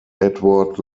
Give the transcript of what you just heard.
edward